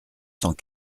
cent